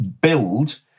build